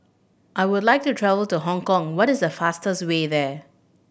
I would like to travel to Hong Kong what is the fastest way there